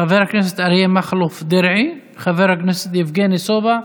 חבר הכנסת אריה מכלוף דרעי, חבר הכנסת יבגני סובה,